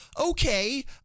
Okay